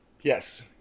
yes